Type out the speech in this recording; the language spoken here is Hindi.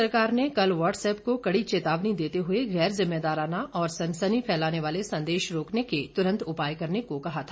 केंद्र सरकार ने कल व्हाट्सएप को कड़ी चेतावनी देते हुए गैर जिम्मेदाराना और सनसनी फैलाने वाले संदेश रोकने के तुरंत उपाय करने को कहा था